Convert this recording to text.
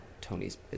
Tony's